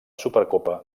supercopa